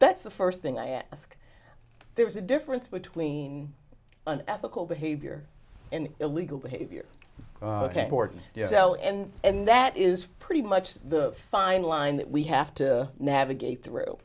that's the first thing i ask there's a difference between an ethical behavior and illegal behavior ok you know and and that is pretty much the fine line that we have to navigate